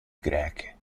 greche